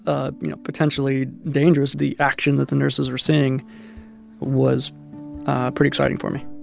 ah you know potentially dangerous, the action that the nurses were seeing was pretty exciting for me